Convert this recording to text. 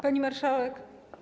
Pani Marszałek!